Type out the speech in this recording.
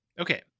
Okay